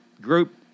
group